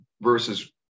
versus